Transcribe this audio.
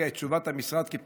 אני בוגר ישיבת פוניבז.